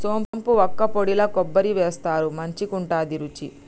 సోంపు వక్కపొడిల కొబ్బరి వేస్తారు మంచికుంటది రుచి